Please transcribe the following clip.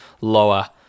lower